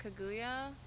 Kaguya